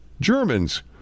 Germans